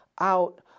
out